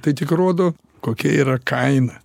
tai tik rodo kokia yra kaina